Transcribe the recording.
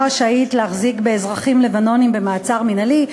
רשאית להחזיק באזרחים לבנונים במעצר מינהלי,